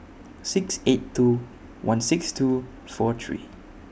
six eight two one six two four three